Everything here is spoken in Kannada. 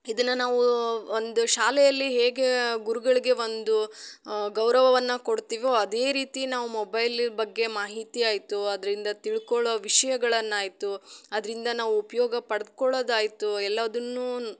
ಇದನ್ನು ನಾವು ಒಂದು ಶಾಲೆಯಲ್ಲಿ ಹೇಗೆ ಗುರುಗಳಿಗೆ ಒಂದು ಗೌರವವನ್ನು ಕೊಡ್ತೀವೊ ಅದೇ ರೀತಿ ನಾವು ಮೊಬೈಲ್ ಬಗ್ಗೆ ಮಾಹಿತಿ ಆಯಿತು ಅದರಿಂದ ತಿಳ್ಕೊಳ್ಳೊ ವಿಷ್ಯಗಳನ್ನು ಆಯಿತು ಅದರಿಂದ ನಾವು ಉಪಯೋಗ ಪಡ್ದ್ಕೊಳ್ಳೋದು ಆಯಿತು ಎಲ್ಲದನ್ನು